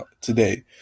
today